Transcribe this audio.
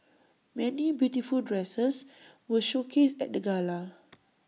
many beautiful dresses were showcased at the gala